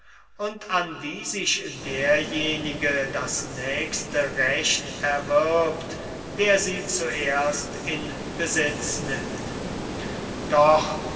und an die sich derjenige das nächste recht erwirbt der sie zuerst in besitz nimmt doch